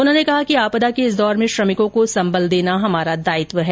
उन्होंने कहा कि आपदा के इस दौर में श्रमिकों को संबल देना हमारा दायित्व है